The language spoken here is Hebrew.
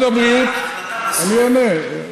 ברשותך,